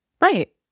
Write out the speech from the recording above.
right